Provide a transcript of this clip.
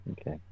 Okay